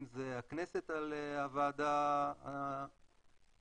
אם זה הכנסת על הוועדה הנוכחית,